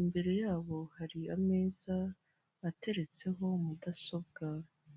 imbere yabo hari ameza ateretseho mudasobwa.